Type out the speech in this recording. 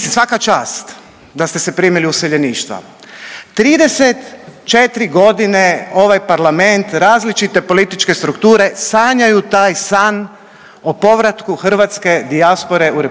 svaka čast da ste se primili useljeništva. 34.g. ovaj parlament, različite političke strukture sanjaju taj san o povratku hrvatske dijaspore u RH,